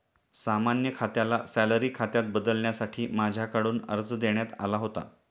सामान्य खात्याला सॅलरी खात्यात बदलण्यासाठी माझ्याकडून अर्ज देण्यात आला होता